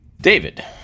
David